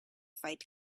fight